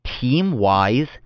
Team-wise